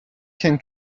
can